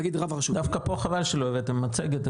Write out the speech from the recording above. דווקא פה חבל שלא הבאתם מצגת,